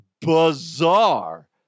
bizarre